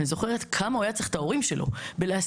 ואני זוכרת כמה הוא היה צריך את ההורים שלו בלהסיע,